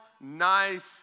nice